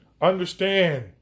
Understand